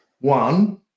One